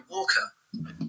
Walker